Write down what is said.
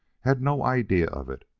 hadn't no idea of it.